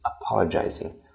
apologizing